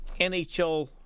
NHL